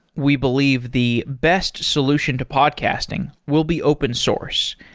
we believe the best solution to podcasting will be open source,